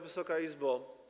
Wysoka Izbo!